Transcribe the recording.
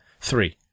three